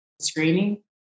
screening